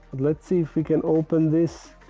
let's see if we can open this